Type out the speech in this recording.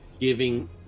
giving